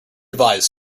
advise